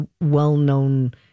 well-known